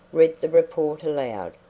read the report aloud.